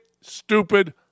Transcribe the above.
stupid